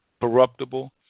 corruptible